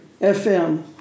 FM